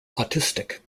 autistic